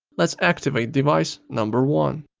let's activate device number one.